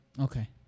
Okay